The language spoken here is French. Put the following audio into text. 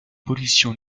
pollution